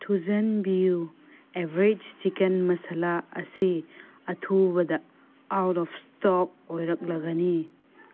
ꯊꯨꯖꯤꯟꯕꯤꯌꯨ ꯑꯦꯕꯔꯦꯁ ꯆꯤꯛꯀꯟ ꯑꯁꯤ ꯃꯁꯥꯂꯥ ꯑꯁꯤ ꯑꯊꯨꯕꯗ ꯑꯥꯎꯠ ꯑꯣꯐ ꯏꯁꯇꯣꯛ ꯑꯣꯏꯔꯛꯂꯅꯤ